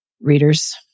Readers